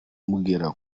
mugera